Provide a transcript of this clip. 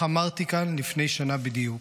כך אמרתי כאן לפני שנה בדיוק.